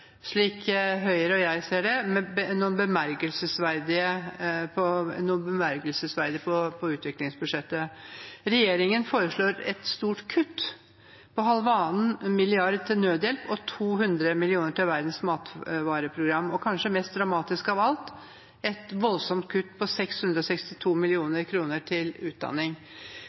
foreslår et stort kutt på 1,5 mrd. kr til nødhjelp og 200 mill. kr til Verdens matvareprogram og – kanskje mest dramatisk av alt – et voldsomt kutt på 662 mill. kr til utdanning.